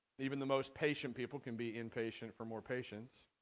even the most patient people can be impatient for more patients